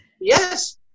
Yes